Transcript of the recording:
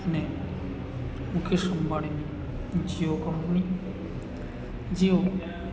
અને મુકેશ અંબાણીની જીઓ કંપની જેઓ